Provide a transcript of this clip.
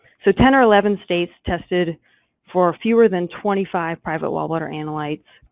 so ten or eleven states tested for fewer than twenty five private well water analytes.